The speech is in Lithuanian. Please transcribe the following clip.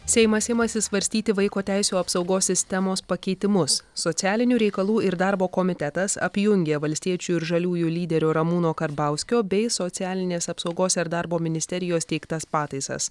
seimas imasi svarstyti vaiko teisių apsaugos sistemos pakeitimus socialinių reikalų ir darbo komitetas apjungė valstiečių ir žaliųjų lyderio ramūno karbauskio bei socialinės apsaugos ir darbo ministerijos teiktas pataisas